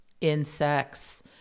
insects